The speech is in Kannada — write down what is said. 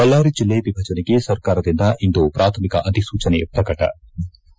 ಬಳ್ಳಾರಿ ಜಿಲ್ಲೆ ವಿಭಜನೆಗೆ ಸರ್ಕಾರದಿಂದ ಇಂದು ಪ್ರಾಥಮಿಕ ಅಧಿಸೂಚನೆ ಪ್ರಕಟಣೆ